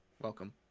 welcome